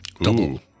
double